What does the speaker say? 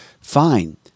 fine